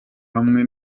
hamwe